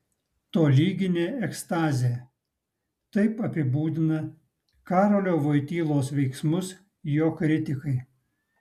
tolyginė ekstazė taip apibūdina karolio voitylos veiksmus jo kritikai